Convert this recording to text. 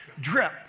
drip